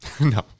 no